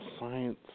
science